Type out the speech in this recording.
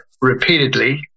repeatedly